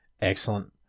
Excellent